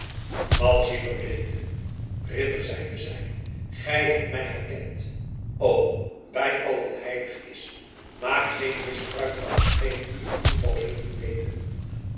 madzy verbleekte ridder zeide zij gij hebt mij herkend o bij al wat heilig is maak geen misbruik van hetgeen u een toeval heeft doen weten